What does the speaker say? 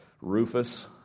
Rufus